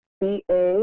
ba